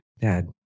Dad